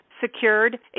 secured